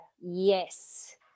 yes